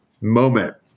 moment